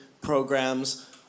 programs